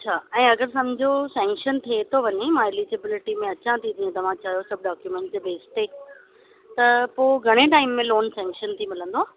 अच्छा ऐं अगरि सम्झो शेंक्शन थी थो वञे मां एलिजीबिलिटी में अचां थी जीअं तव्हां चयो था डाक्यूमेंट जे बेस ते त पोइ घणे टाईम में लोन शेंक्शन थी मिलंदो